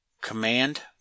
command